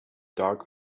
dark